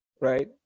right